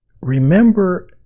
Remember